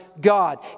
God